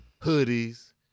hoodies